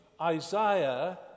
Isaiah